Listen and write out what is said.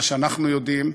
מה שאנחנו יודעים,